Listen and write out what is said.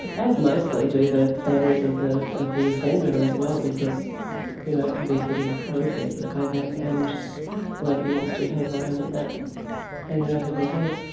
as, mostly, do the families of the of the offender, as well, because it you know can be pretty horrific, the payback, and nobody wants to hang around with that hanging over their head.